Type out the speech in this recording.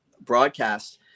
broadcast